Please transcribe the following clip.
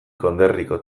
konderriko